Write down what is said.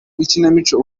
ikinamico